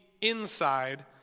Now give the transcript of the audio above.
inside